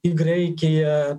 į graikiją